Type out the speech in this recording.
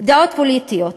דעות פוליטיות.